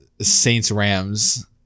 Saints-Rams